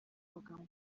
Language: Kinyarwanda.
amagambo